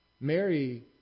Mary